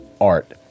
art